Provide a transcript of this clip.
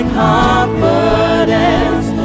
confidence